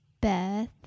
Beth